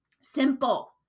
Simple